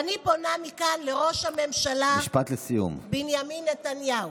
ואני פונה מכאן לראש הממשלה בנימין נתניהו: